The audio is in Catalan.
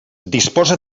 disposa